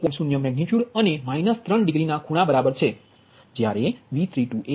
0 magnitude અને 3 ડિગ્રીના ખૂણાની બરાબર છે જ્યારેV32એ 1